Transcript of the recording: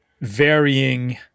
varying